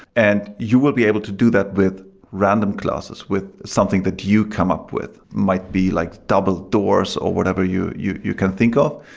and you will be able to do that with random classes, with something that you come up with might be like double doors, or whatever you you you can think of.